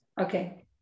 Okay